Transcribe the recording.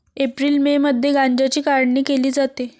April May मध्ये गांजाची काढणी केली जाते